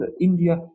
India